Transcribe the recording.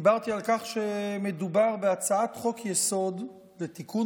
דיברתי על כך שמדובר בהצעת חוק-יסוד לתיקון